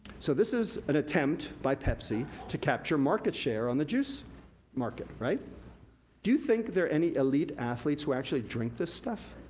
so, this is an attempt by pepsi to capture market share on the juice market. do you think there are any elite athletes who actually drink this stuff?